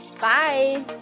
Bye